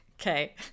Okay